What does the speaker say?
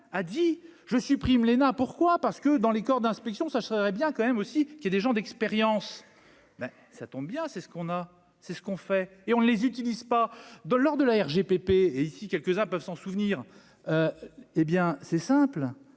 a dit : je supprime Léna, pourquoi, parce que dans les corps d'inspection, ça serait bien quand même aussi qu'il y ait des gens d'expérience, ben ça tombe bien, c'est ce qu'on a, c'est ce qu'on fait et on ne les utilise pas de lors de la RGPP et ici quelques-uns peuvent s'en souvenir, hé bien c'est simple,